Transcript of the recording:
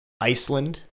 Iceland